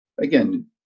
again